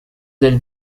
del